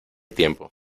tiempo